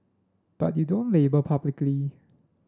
but you don't label publicly